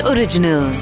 Original